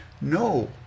No